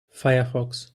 firefox